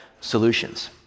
solutions